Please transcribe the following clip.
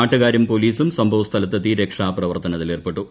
നാട്ടുകാരും പോലീസും സംഭവസ്ഥലത്തെത്തി രക്ഷാ പ്രവർത്തനത്തിലേർപ്പെട്ടു